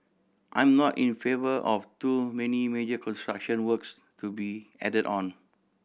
I'm not in favour of too many major construction works to be added on